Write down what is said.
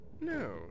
No